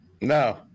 no